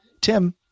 Tim